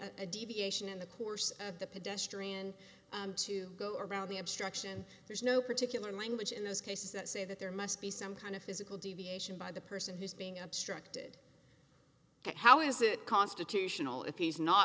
a deviation in the course of the pedestrian to go around the obstruction there's no particular language in those cases that say that there must be some kind of physical deviation by the person who's being obstructed but how is it constitutional if he's not